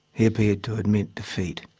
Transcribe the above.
he appeared to admit defeat.